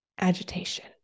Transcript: agitation